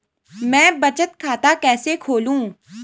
मैं बचत खाता कैसे खोलूँ?